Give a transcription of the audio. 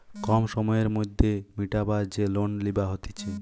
কম সময়ের মধ্যে মিটাবার যে লোন লিবা হতিছে